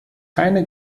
keine